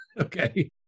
Okay